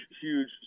huge